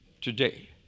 today